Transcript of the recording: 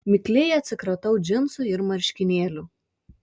mikliai atsikratau džinsų ir marškinėlių